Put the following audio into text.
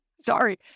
Sorry